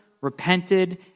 repented